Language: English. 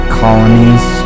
colonies